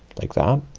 like that.